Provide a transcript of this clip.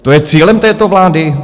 To je cílem této vlády?